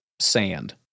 sand